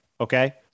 okay